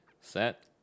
set